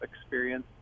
experience